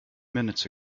minutes